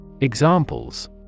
Examples